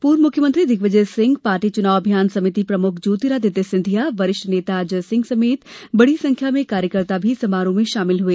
पूर्व मुख्यमंत्री दिग्विजय सिंह पार्टी की चुनाव अभियान समिति प्रमुख ज्योतिरादित्य सिंधिया वरिष्ठ नेता अजय सिंह समेत लाखों की संख्या में कार्यकर्ता भी समारोह में शामिल हुए